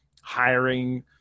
hiring